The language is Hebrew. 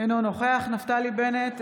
אינו נוכח נפתלי בנט,